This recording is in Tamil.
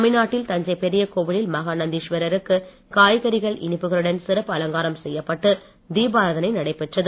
தமிழ்நாட்டில் தஞ்சை பெரியகோவிலில் மகா நந்தீஸ்வரருக்கு காய்கறிகள் இனிப்புகளுடன் சிறப்பு அலங்காரம் செய்யப்பட்டு தீபாரதனை நடைபெற்றது